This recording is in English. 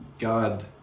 God